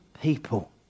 people